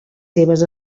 seves